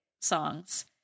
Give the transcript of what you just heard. songs